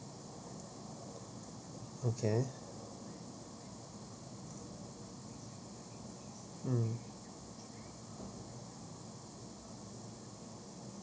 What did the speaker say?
okay mm